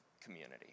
community